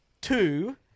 two